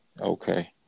Okay